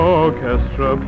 orchestra